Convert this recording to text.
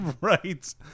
right